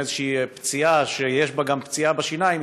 עם איזושהי פציעה שיש בה גם פציעה בשיניים,